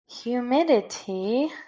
humidity